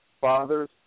Fathers